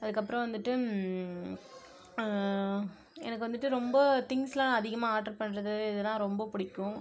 அதுக்கப்புறம் வந்துட்டு எனக்கு வந்துட்டு ரொம்ப திங்க்ஸெலாம் அதிகமாக ஆட்ரு பண்ணுறது இதெலாம் ரொம்ப பிடிக்கும்